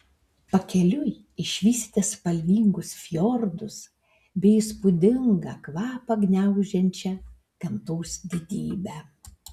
pakeliui išvysite spalvingus fjordus bei įspūdingą kvapą gniaužiančią gamtos didybę